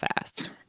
fast